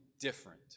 different